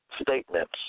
statements